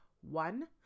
one